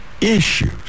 Issues